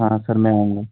हाँ सर मैं आऊँगा